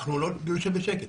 אנחנו לא נשב בשקט